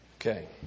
Okay